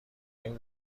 این